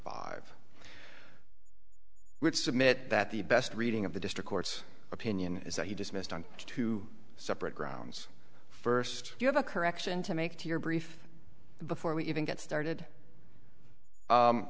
five would submit that the best reading of the district court's opinion is that he dismissed on two separate grounds first you have a correction to make to your brief before we even get started